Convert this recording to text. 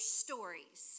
stories